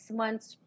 months